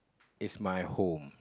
is my home